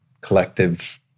collective